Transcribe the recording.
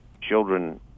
children